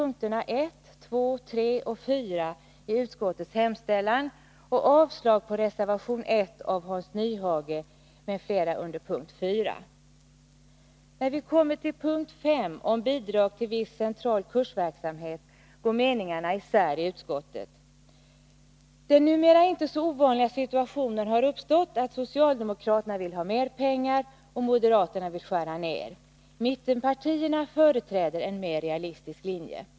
När vi kommer till punkt 5 om bidrag till viss central kursverksamhet går meningarna i utskottet isär. Den numera inte så ovanliga situationen har uppstått att socialdemokraterna vill ha mer pengar och att moderaterna vill skära ned. Mittenpartierna företräder en mer realistisk linje.